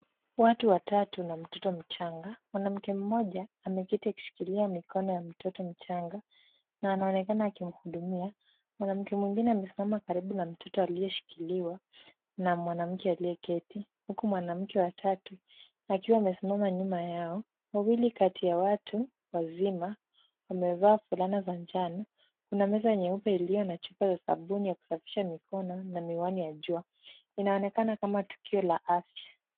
Watu watatu na mtoto mchanga, wanamke mmoja ameketi kusikiliza mikono ya mtoto mchanga, na anaonekana akimkudumia, mwanamke mwingine amesimama karibu na mtoto aliyeshikiliwa, na mwanamke aliyeketi, huku mwanamke watatu akiwa amesimama nyuma yao. Wawili kati ya watu, wazima, wamevaa fulana vya njano, kuna meza jeupe iliyo na chupa za sabuni ya kusafisha mikono na miwani ya jua, inaonekana kama tukio la afya.